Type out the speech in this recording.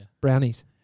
Brownies